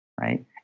right